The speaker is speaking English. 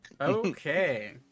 Okay